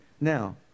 Now